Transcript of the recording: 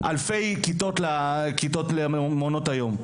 אלפי כיתות למעונות היום,